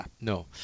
No